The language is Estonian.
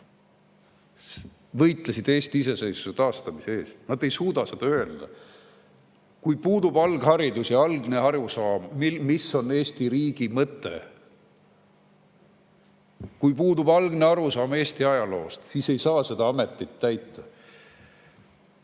võitlesid Eesti iseseisvuse taastamise eest. Nad ei suuda seda öelda. Kui puudub algharidus ja algne arusaam, mis on Eesti riigi mõte, kui puudub algne arusaam Eesti ajaloost, siis ei saa seda ameti[kohta]